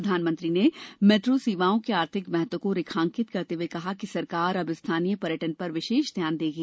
प्रधानमंत्री ने मेट्रो सेवाओं के आर्थिक महत्व को रेखांकित करते हुए कहा कि सरकार अब स्थानीय पर्यटन पर विशेष ध्यान देगी